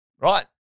Right